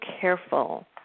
careful